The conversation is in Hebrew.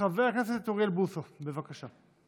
חבר הכנסת אוריאל בוסו, בבקשה.